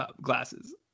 glasses